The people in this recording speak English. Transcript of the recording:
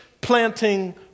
planting